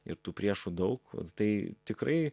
ir tų priešų daug tai tikrai